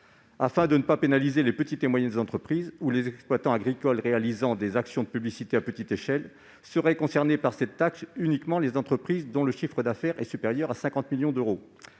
faudrait pas pénaliser les petites et moyennes entreprises ou les exploitants agricoles menant des actions de publicité à petite échelle : cette taxe concernerait donc uniquement les entreprises, dont le chiffre d'affaires est supérieur à 50 millions d'euros.